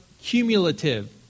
cumulative